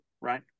right